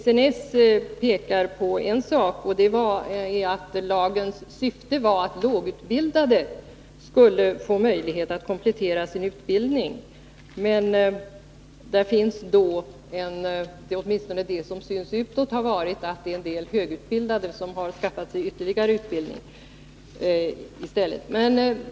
SNS pekar på en sak, och det är att lagens syfte var att lågutbildade skulle få möjlighet att komplettera sin utbildning. Men det är i stället — åtminstone enligt vad som syns utåt — en del högutbildade som har skaffat sig ytterligare utbildning.